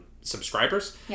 subscribers